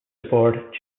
aboard